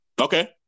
Okay